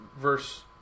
verse